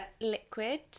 Liquid